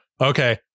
okay